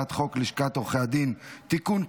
לשכת עורכי הדין (תיקון,